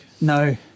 No